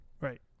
Right